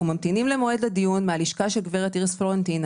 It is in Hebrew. אנחנו ממתינים למועד הדיון מהלשכה של גברת איריס פלורנטין.